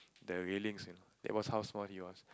the railings you know that was how small he was